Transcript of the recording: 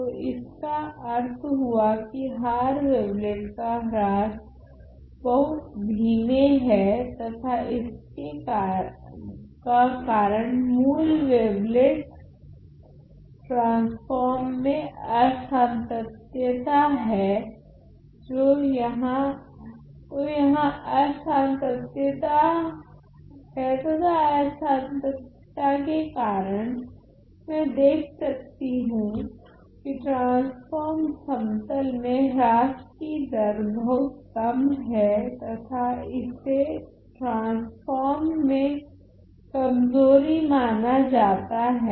तो इसका अर्थ हुआ की हार वावेलेट का ह्रास बहुत धीमे है तथा इसका कारण मूल वावेलेट ट्रान्स्फ़ोर्म में असांतत्यता हैं तो यहाँ असांतत्यता है तथा असांतत्यता के कारण मैं देख सकती हूँ की ट्रान्स्फ़ोर्म समतल में ह्रास की दर बहुत कम है तथा इसे ट्रान्स्फ़ोर्म में कमजोरी माना जाता हैं